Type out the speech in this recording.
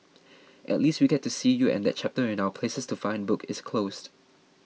at least we get to see you and that chapter in our 'places to find' book is closed